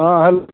हाँ